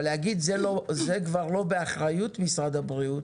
אבל להגיד שזה כבר לא באחריות משרד הבריאות,